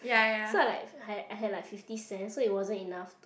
so I like I had I had like fifty cents so it wasn't enough to